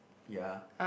ya